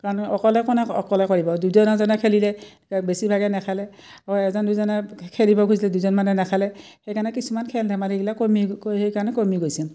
কাৰণ অকলে কোনে অকলে কৰিব দুজন এজনে খেলিলে বেছিভাগে নেখেলে অ এজন দুজনে খেলিব খুজিলে দুজন মানে নেখেলে সেইকাৰণে কিছুমান খেল ধেমালিবিলাক কমি সেইকাৰণে কমি গৈছিল